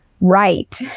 Right